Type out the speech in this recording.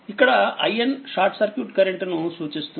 ఇక్కడ short circuit current ను సూచిస్తుంది